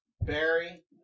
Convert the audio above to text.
Barry